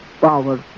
power